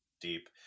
deep